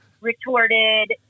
retorted